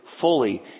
fully